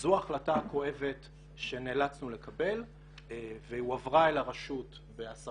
וזו ההחלטה הכואבת שנאלצנו לקבל והועברה אל הרשות ב-10